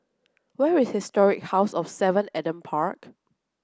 where is Historic House of seven Adam Park